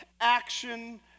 action